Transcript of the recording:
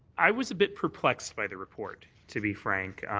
i was a bit perplexed by the report, to be frank.